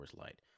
Light